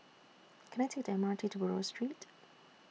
Can I Take The M R T to Buroh Street